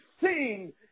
sing